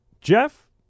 Jeff